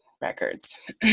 records